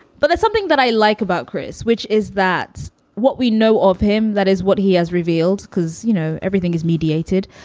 but that's something that i like about chris, which is that's what we know of him that is what he has revealed. because, you know, everything is mediated.